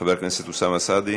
חבר הכנסת אוסאמה סעדי,